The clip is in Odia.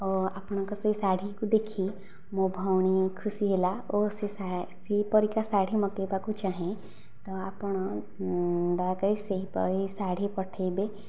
ଓ ଆପଣଙ୍କ ସେ ଶାଢ଼ୀକୁ ଦେଖି ମୋ ଭଉଣୀ ଖୁସି ହେଲା ଓ ସେ ସେହି ପରିକା ଶାଢ଼ୀ ମଗେଇବାକୁ ଚାହେଁ ତ ଆପଣ ଦୟାକରି ସେହିପରି ଶାଢ଼ୀ ପଠେଇବେ